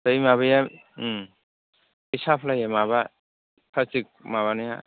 बै माबाया बै साप्लाय माबा प्लास्तिक माबानाया